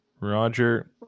Roger